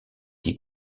qui